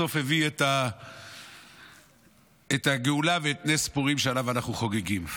בסוף הביא את הגאולה ואת נס פורים שעליו אנחנו חוגגים.